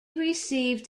received